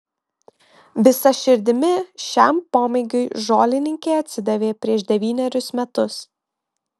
visa širdimi šiam pomėgiui žolininkė atsidavė prieš devynerius metus